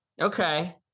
okay